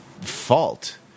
fault